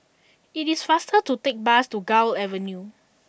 it is faster to take bus to Gul Avenue